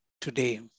today